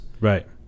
right